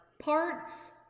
Parts